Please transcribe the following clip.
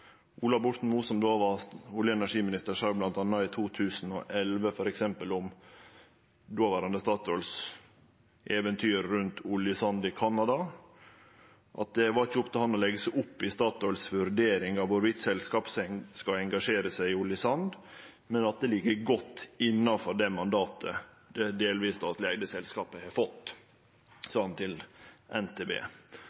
Ola Borten Moe, som då var olje- og energiminister, sa i 2011 om dåverande Statoils eventyr med oljesand i Canada, at det ikkje var opp til han å leggje seg opp i Statoils vurdering av om selskapet skulle engasjere seg i oljesand, men at det låg godt innafor det mandatet det delvis statleg eigde selskapet hadde fått.